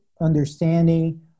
understanding